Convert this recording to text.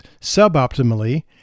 suboptimally